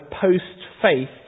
post-faith